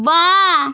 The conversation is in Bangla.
বা